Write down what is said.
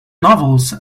novels